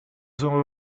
sono